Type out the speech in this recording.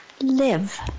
live